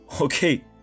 okay